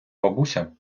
бабуся